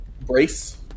Brace